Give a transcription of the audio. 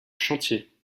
chantier